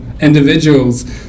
individuals